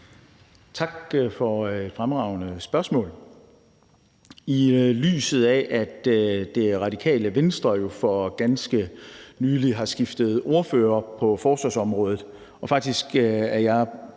Tak for et fremragende spørgsmål. Det skal ses i lyset af, at Radikale Venstre jo for ganske nylig har skiftet ordfører på forsvarsområdet, og faktisk er jeg